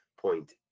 point